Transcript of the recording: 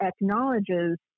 acknowledges